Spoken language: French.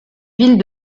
ville